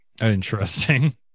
interesting